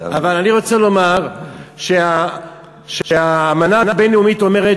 אני רוצה לומר שהאמנה הבין-לאומית אומרת